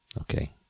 okay